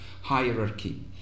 hierarchy